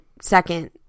second